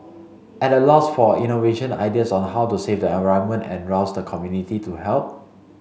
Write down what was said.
at a loss for innovation ideas on how to save the environment and rouse the community to help